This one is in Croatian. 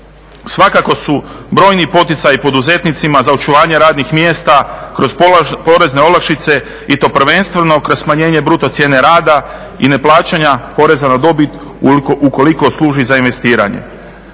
svakako su brojni poticaji poduzetnicima za očuvanje radnih mjesta kroz porezne olakšice i to prvenstveno kroz smanjenje bruto cijene rada i neplaćanja poreza na dobit ukoliko služi za investiranje.